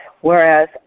whereas